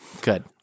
Good